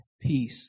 peace